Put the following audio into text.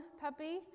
puppy